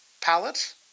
palette